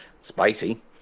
spicy